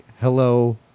hello